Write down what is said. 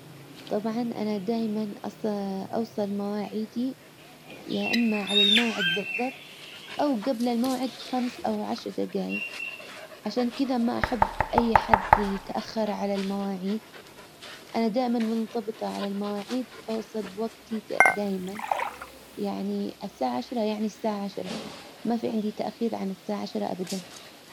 طبعا انا دايما اصل اوصل مواعيدي يا اما على الموعد بالظبط او قبل الموعد بخمس او عشر دقايق عشان كدا ما احب اي حد يتأخر على المواعيد انا دائما منظبطة على المواعيد اوصل بوجتي دايما يعني الساعة عشرة يعني الساعة عشرة. ما في عندي تأخير عن الساعة عشرة ابدا.